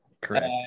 Correct